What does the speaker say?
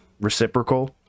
reciprocal